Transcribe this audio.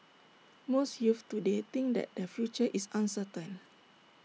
most youths today think that their future is uncertain